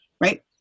right